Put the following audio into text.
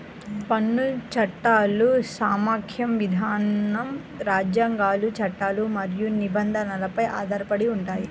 పన్ను చట్టాలు సమాఖ్య విధానం, రాజ్యాంగాలు, చట్టాలు మరియు నిబంధనలపై ఆధారపడి ఉంటాయి